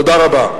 תודה רבה.